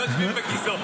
לא יושבים בכיסאו.